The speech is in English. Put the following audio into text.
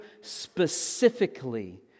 specifically